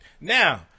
Now